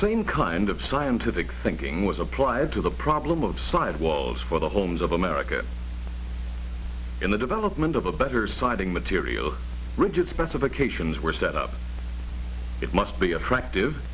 same kind of scientific thinking was applied to the problem of side walls for the homes of america in the development of a better siding material riches specifications were set up it must be attractive